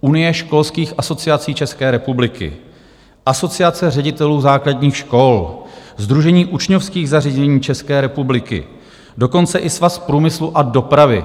Unie školských asociací České republiky, Asociace ředitelů základních škol, Sdružení učňovských zařízení České republiky, dokonce i Svaz průmyslu a dopravy.